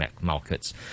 markets